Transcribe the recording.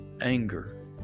anger